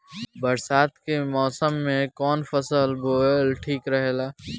बरसात के मौसम में कउन फसल बोअल ठिक रहेला?